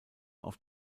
auf